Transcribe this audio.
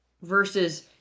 versus